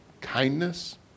kindness